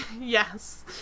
Yes